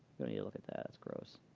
need to look at that. that's gross.